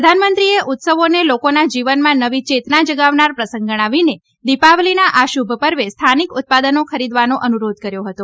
પ્રધાનમંત્રીએ ઉત્સવોને લોકોના જીવનમાં નવી યેતના જગાવનાર પ્રસંગ ગણાવીને દિપાવલીના આ શુભ પર્વે સ્થાનિક ઉત્પાદનો ખરીદવાનો અનુરોધ કર્યો હતો